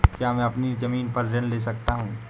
क्या मैं अपनी ज़मीन पर ऋण ले सकता हूँ?